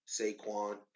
Saquon